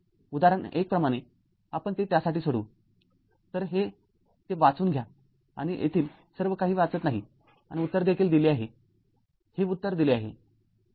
उदाहरण १ प्रमाणे आपण ते त्यासाठी सोडवू तर हे ते आहे वाचून घ्या आणि येथील सर्व काही वाचत नाही आणि उत्तर देखील दिले आहे हे उत्तर दिले आहे